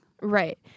Right